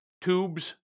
tubes